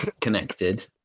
connected